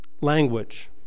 language